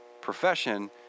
profession